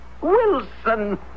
Wilson